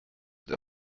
der